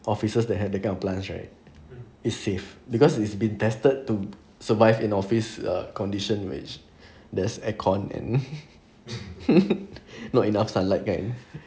offices that have plants right is safe because it's been tested to survive in office uh condition which there's aircon and not enough sunlight kind